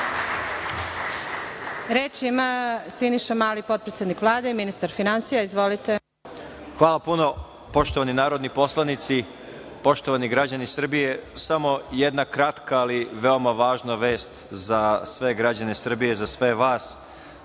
ima Siniša Mali, potpredsednik Vlade i ministar finansija. Izvolite. **Siniša Mali** Hvala puno. Poštovani narodni poslanici, poštovani građani Srbije, samo jedna kratka ali veoma važna vest za sve građane Srbije, za sve vas. Na